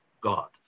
God